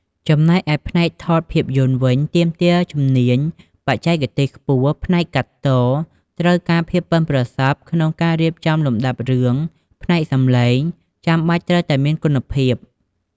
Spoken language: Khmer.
ចំណែកឯ ផ្នែកថតភាពយន្តវិញ ទាមទារជំនាញបច្ចេកទេសខ្ពស់ ផ្នែកកាត់ត ត្រូវការភាពប៉ិនប្រសប់ក្នុងការរៀបចំលំដាប់រឿង ផ្នែកសំឡេង ចាំបាច់ត្រូវតែមានគុណភាព។